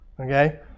Okay